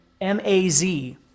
M-A-Z